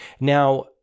Now